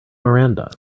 miranda